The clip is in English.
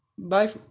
buy